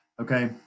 okay